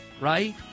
right